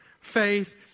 faith